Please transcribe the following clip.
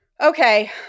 Okay